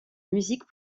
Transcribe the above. musique